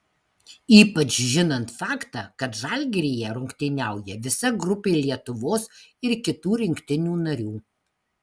ypač žinant faktą kad žalgiryje rungtyniauja visa grupė lietuvos ir kitų rinktinių narių